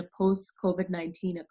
post-COVID-19